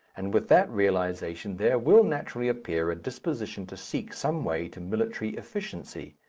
and with that realization there will naturally appear a disposition to seek some way to military efficiency,